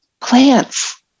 plants